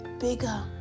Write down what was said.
bigger